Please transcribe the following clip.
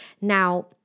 Now